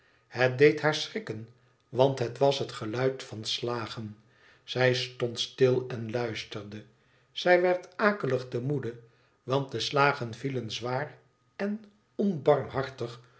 het deed haar schrikken want het was het geluid van slagen zij stond stil en luisterde zij werd akelig te moede want de slagen vielen zwaar en